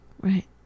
right